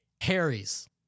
Harry's